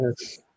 yes